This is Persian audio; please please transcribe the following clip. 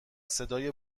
صدای